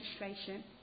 registration